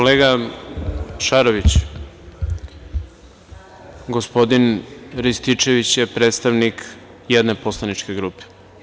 Kolega Šaroviću, gospodin Rističević je predstavnik jedne poslaničke grupe.